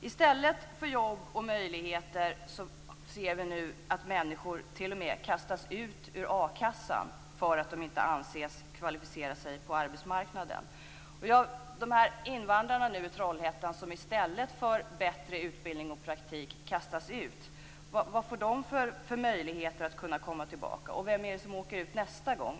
I stället för jobb och möjligheter ser vi nu att människor t.o.m. kastas ut ur a-kassan därför att de inte anses kvalificera sig på arbetsmarknaden. Vad får invandrarna i Trollhättan, som i stället för att de får utbildning och praktik kastas ut ur a-kassan, för möjligheter att komma tillbaka? Vilka är det som åker ut nästa gång?